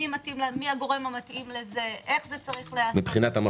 מי הגורם המתאים לזה, איך זה צריך להיעשות.